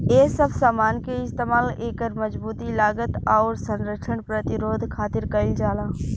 ए सब समान के इस्तमाल एकर मजबूती, लागत, आउर संरक्षण प्रतिरोध खातिर कईल जाला